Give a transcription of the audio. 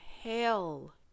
hell